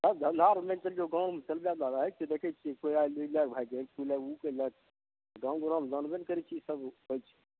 धन्धा आर नहि चलिऔ गाँवमे चलबैमे रहै छै देखै छियै कोइ आयल ई लए के भागि गेल कैलक ओ कैलक गाँवमे जानबे नहि करै छियै ई सब होइ छै